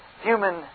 human